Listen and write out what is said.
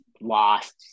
lost